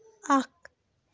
اکھ